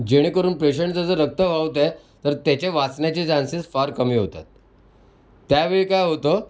जेणेकरून पेशन्टचं जर रक्त वाहतं आहे तर त्याचे वाचण्याचे चान्सेस फार कमी होतात त्यावेळी काय होतं